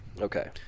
Okay